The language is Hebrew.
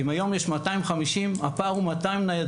אם היום יש 250, הפער הוא 200 ניידות.